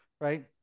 right